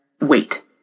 Wait